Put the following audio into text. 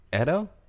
Edo